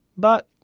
but,